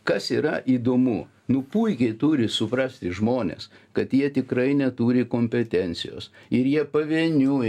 kas yra įdomu nu puikiai turi suprasti žmonės kad jie tikrai neturi kompetencijos ir jie pavieniui